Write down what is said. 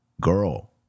girl